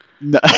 No